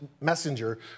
messenger